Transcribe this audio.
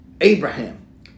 Abraham